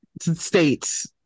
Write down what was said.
states